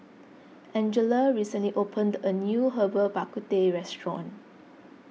Angella recently opened a new Herbal Bak Ku Teh restaurant